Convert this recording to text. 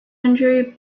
injury